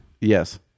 Yes